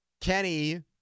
Kenny